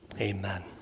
Amen